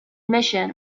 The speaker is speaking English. mission